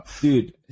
Dude